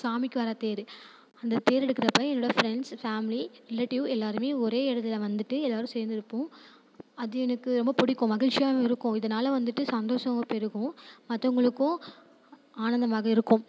சாமிக்கு வர தேர் அந்த தேர் எடுக்கிறப்ப என்னோட ஃப்ரெண்ட்ஸ் ஃபேமிலி ரிலேட்டிவ் எல்லாேருமே ஒரே இடத்துல வந்துட்டு எல்லாேரும் சேர்ந்துருப்போம் அது எனக்கு ரொம்ப பிடிக்கும் மகிழ்ச்சியாகவும் இருக்கும் இதனால வந்துட்டு சந்தோஷம் பெருகும் மற்றவங்களுக்கும் ஆனந்தமாக இருக்கும்